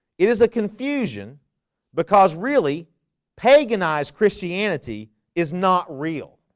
it is a confusion because really pagan eyes christianity is not real